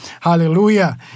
Hallelujah